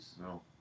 No